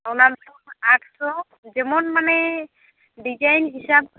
ᱚᱱᱟ ᱫᱚ ᱟᱴᱥᱚ ᱡᱮᱢᱚᱱ ᱢᱟᱱᱮ ᱰᱤᱡᱟᱭᱤᱱ ᱦᱤᱥᱟᱹᱵ